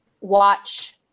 watch